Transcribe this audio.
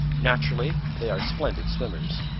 naturally they are splendid swimmers.